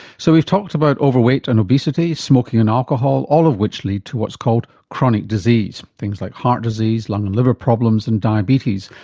so we've talked about overweight and obesity, smoking and alcohol, all of which lead to what's called chronic disease, things like heart disease, lung and liver problems and diabetes,